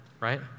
right